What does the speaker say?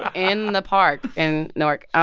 ah in and the park in newark.